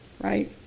Right